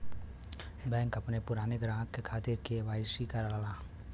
bank अपने पुराने ग्राहक के खातिर के.वाई.सी करला